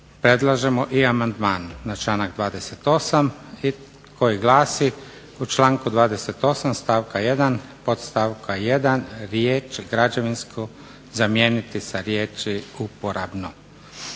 predlažemo i amandman na članak 28. koji glasi: "U članku 28. stavka 1. podstavka 1. riječ građevinsku zamijeniti sa riječi uporabnom."